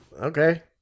Okay